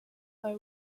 are